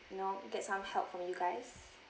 you know get some help from you guys